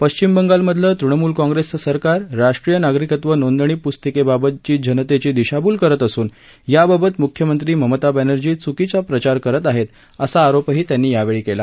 पश्चिम बंगाल मधलं तृणमूल काँग्रेसचं सरकार राष्ट्रीय नागरिकत्व नोंदणी पुस्तिकेबाबत जनतेची दिशाभूल करत असून याबाबत मुख्यमंत्री ममता बॅनर्जी चुकीचा प्रचार करत आहेत असा आरोपही त्यांनी यावेळी केला